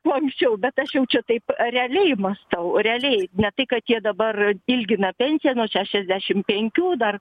kuo anksčiau bet aš jau čia taip realiai mąstau realiai ne tai kad jie dabar ilgina pensiją nuo šešiasdešim penkių dar